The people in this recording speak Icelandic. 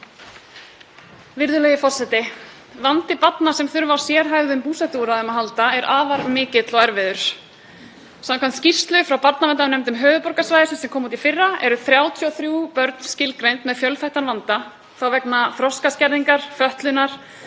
Virðulegi forseti. Vandi barna sem þurfa á sérhæfðum búsetuúrræðum að halda er afar mikill og erfiður. Samkvæmt skýrslu frá barnaverndarnefndum höfuðborgarsvæðisins, sem kom út í fyrra, eru 33 börn skilgreind með fjölþættan vanda vegna þroskaskerðingar, fötlunar,